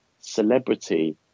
celebrity